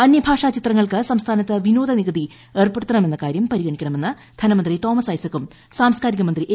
അന്യഭാഷാ ചിത്രങ്ങൾക്ക് സംസ്ഥാനത്ത് വിനോദനികുതി ഏർപ്പെടുത്തണമെന്ന കാര്യം പരിഗണിക്കണമെന്ന ധനമന്ത്രി തോമസ് ഐസകും സാംസ്ക്കാരിക മന്ത്രി എ